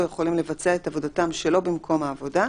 יכולים לבצע את עבודתם שלא במקום העבודה,